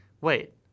wait